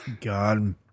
God